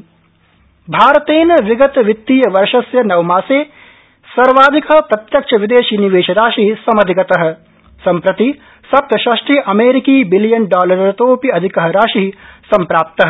प्रत्यक्ष विदेशी निवेश भारतेन विगत वित्तीय वर्षस्य नवमासे एव सर्वाधिक प्रत्यक्ष विदेशी निवेशराशि समधिगत सम्प्रति सप्तषष्टि अमेरिकी बिलियन डॉलरतोपि अधिक राशि सम्प्राप्त